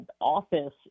office